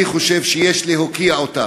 אני חושב שיש להוקיע אותה,